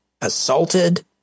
assaulted